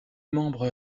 membre